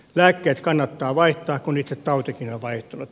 lääkkeet kannattaa vaihtaa kun itse tautikin on vaihtunut